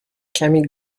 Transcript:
کمی